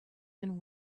than